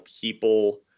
people